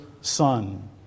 Son